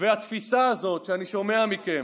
והתפיסה הזאת שאני שומע מכם,